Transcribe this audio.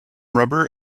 rubber